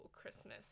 Christmas